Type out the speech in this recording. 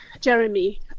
Jeremy